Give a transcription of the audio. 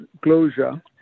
closure